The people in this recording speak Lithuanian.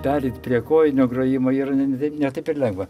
pereit prie kojinio grojimo yra ne ne taip ir lengva